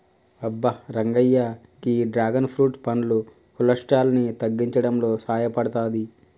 అబ్బ రంగయ్య గీ dragon fruit పండు కొలెస్ట్రాల్ ని తగ్గించడంలో సాయపడతాది